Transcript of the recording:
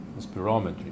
spirometry